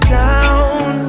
down